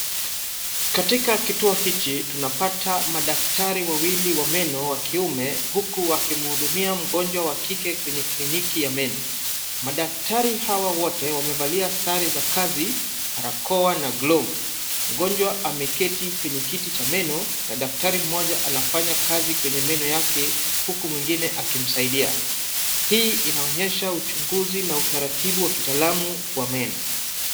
Katika kituo hiki tunapata madaktari wawili wa meno wa kiume, huku wakimhudumia mgonjwa wa kike kwenye klini ya meno. Madaktari hawa wote wamevalia sare za kazi, barakoa na glovu. Mgonjwa ameketi kwenye kiti cha meno na daktari mmoja anafanya kazi kwenye meno yake huku mwingine akimsaidia. Hii inaonyesha uchunguzi na utaraibu wa kitaalamu wa meno.